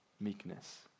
Meekness